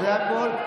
זה הכול.